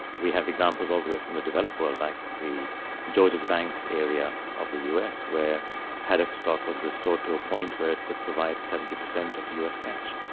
we have examples all the way from the developed world, like the georges bank area of the us where haddock stock was restored to a point where it could provide seventy percent of us catch,